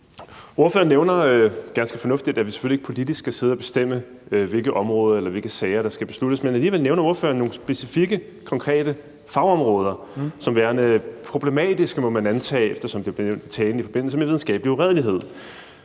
Ordføreren nævner ganske fornuftigt, at vi selvfølgelig ikke politisk skal sidde og bestemme, hvilke områder eller sager det skal være, men alligevel nævner ordfører nogle specifikke, konkrete fagområder som værende problematiske, må man antage, eftersom de blev nævnt i talen i forbindelse med videnskabelig uredelighed.